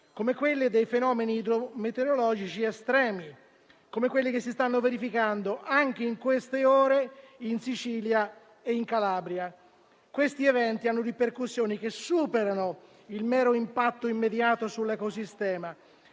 come quelle dei fenomeni metereologici estremi, come quelli che si stanno verificando anche in queste ore in Sicilia e in Calabria. Questi eventi hanno ripercussioni che superano il mero impatto immediato sull'ecosistema.